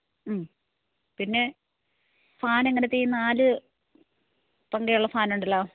ഉം പിന്നെ ഫാനെങ്ങനെത്തെ ഈ നാല് തൊണ്ടി ഉള്ള ഫാനൊണ്ടല്ലോ